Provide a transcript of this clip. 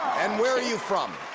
and where are you from?